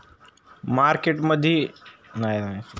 मार्केटमध्ये अशी कोणती वस्तू आहे की जास्त खपत नाही?